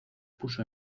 puso